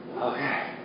Okay